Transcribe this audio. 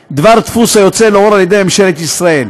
דבר דפוס היוצא לאור על ידי ממשלת ישראל,